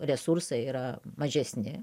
resursai yra mažesni